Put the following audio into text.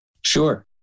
Sure